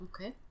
Okay